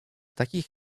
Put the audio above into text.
takich